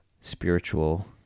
spiritual